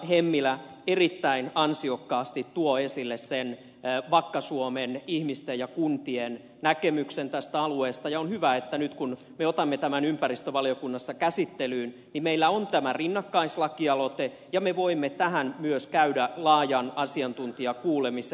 hemmilä erittäin ansiokkaasti tuo esille sen vakka suomen ihmisten ja kuntien näkemyksen tästä alueesta ja on hyvä että nyt kun me otamme tämän ympäristövaliokunnassa käsittelyyn meillä on tämä rinnakkaislakialoite ja me voimme tähän myös käydä laajan asiantuntijakuulemisen